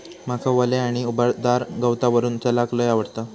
माका वल्या आणि उबदार गवतावरून चलाक लय आवडता